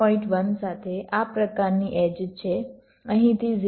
1 સાથે આ પ્રકારની એડ્જ છે અહીંથી 0